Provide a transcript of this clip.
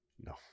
no